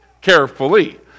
Carefully